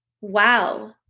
Wow